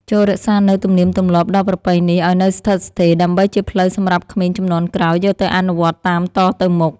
ចូររក្សានូវទំនៀមទម្លាប់ដ៏ប្រពៃនេះឱ្យនៅស្ថិតស្ថេរដើម្បីជាផ្លូវសម្រាប់ក្មេងជំនាន់ក្រោយយកទៅអនុវត្តតាមតទៅមុខ។